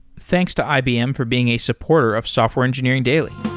thanks to ibm for being a supporter of software engineering daily